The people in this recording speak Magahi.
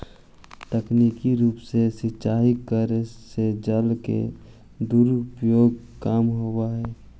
तकनीकी रूप से सिंचाई करे से जल के दुरुपयोग कम होवऽ हइ